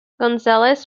gonzalez